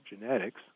genetics